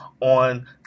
on